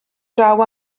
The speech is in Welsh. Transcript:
draw